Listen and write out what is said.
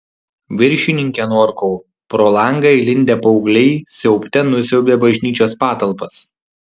viršininke norkau pro langą įlindę paaugliai siaubte nusiaubė bažnyčios patalpas